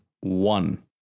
one